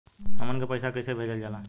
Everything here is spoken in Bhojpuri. हमन के पईसा कइसे भेजल जाला?